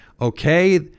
Okay